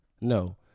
No